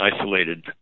isolated